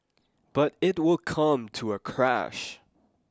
but it will come to a crash